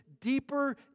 deeper